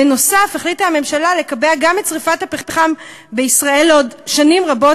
בנוסף החליטה הממשלה לקבע גם את שרפת הפחם בישראל לעוד שנים רבות,